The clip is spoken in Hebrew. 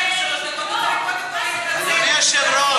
אדוני היושב-ראש,